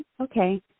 Okay